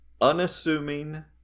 Unassuming